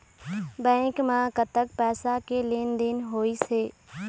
Bank म कतक पैसा के लेन देन होइस हे?